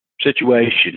situation